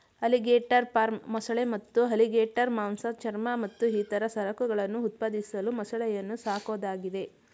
alligator farm ಮೊಸಳೆ ಮತ್ತು alligator ಮಾಂಸ ಚರ್ಮ ಮತ್ತು ಇತರ ಸರಕುಗಳನ್ನು ಉತ್ಪಾದಿಸಲು ಮೊಸಳೆಯನ್ನು ಸಾಕೋದಾಗಿದೆ